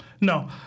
No